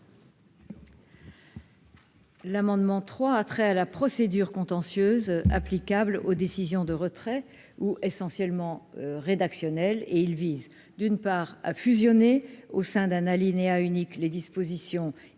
L'amendement trois a trait à la procédure contentieuse applicable aux décisions de retrait ou essentiellement rédactionnel et il vise d'une part à fusionner au sein d'un alinéa unique les dispositions identiques